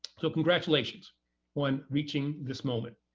so congratulations on reaching this moment,